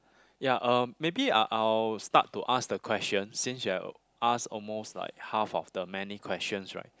ya um maybe I'll I'll start to ask the questions since you've asked almost like half of the many questions right